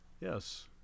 Yes